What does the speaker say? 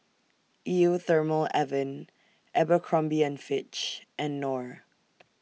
Eau Thermale Avene Abercrombie and Fitch and Knorr